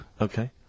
Okay